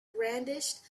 brandished